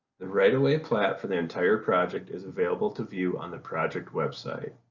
the right of way plat for the entire project is available to view on the project website.